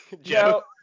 Joe